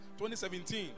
2017